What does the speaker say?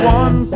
one